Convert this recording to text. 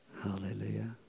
Hallelujah